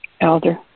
Elder